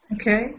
Okay